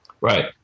Right